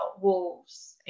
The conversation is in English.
wolves